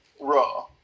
raw